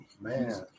man